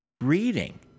reading